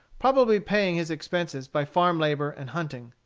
probably paying his expenses by farm labor and hunting.